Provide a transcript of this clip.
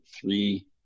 three